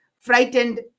frightened